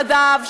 נדב,